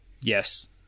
Yes